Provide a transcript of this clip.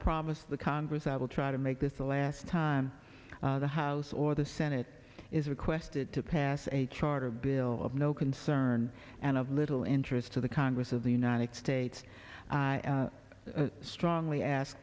promise the congress i will try to make this the last time the house or the senate is requested to pass a charter bill of no concern and of little interest to the congress of the united states i strongly ask